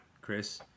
Chris